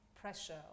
pressure